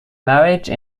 marriage